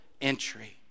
Entry